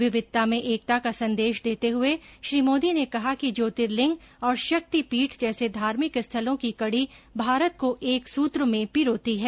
विविधता में एकता का संदेश देते हुए श्री मोदी ने कहा कि ज्योर्तिलिंग और शक्तिपीठ जैसे धार्मिक स्थलों की कड़ी भारत को एक सूत्र में पिरोती है